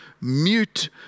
mute